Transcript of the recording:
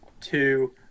two